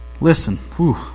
Listen